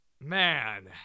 Man